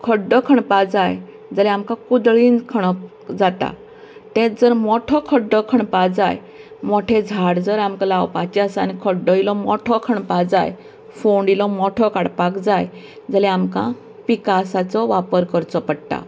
खड्डो खणपाक जाय जाल्यार आमकां कुदळीन खणप जाता तेच जर मोठो खड्डो खणपाक जाय मोठे झाड जर आमकां लावपाचे आसा आनी खड्डो इल्लो मोठो खणपाक जाय फोंड इल्लो मोठो काडपाक जाय जाल्यार आमकां पिकासाचो वापर करचो पडटा